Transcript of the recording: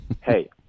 hey